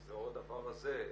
זה או הדבר הזה,